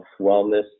wellness